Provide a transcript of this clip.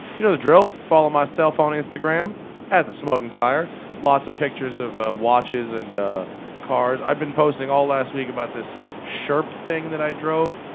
you know the drill! m follow myself on instagram and thesmokingtire, lots of pictures of watches and cars. i've been posting all last week about this sherp thing that i drove.